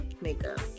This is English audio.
makeup